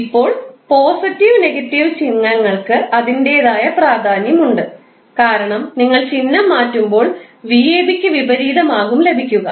ഇപ്പോൾ positive negative ചിഹ്നങ്ങൾക്ക് അതിൻറെതായ പ്രാധാന്യം ഉണ്ട് കാരണം നിങ്ങൾ ചിഹ്നം മാറ്റുമ്പോൾ 𝑣𝑎𝑏 ക്ക് വിപരീതമാകും ലഭിക്കുക